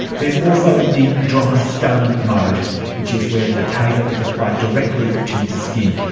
there is also the dry stun mode which is where the taser is applied directly to the skin,